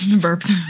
burp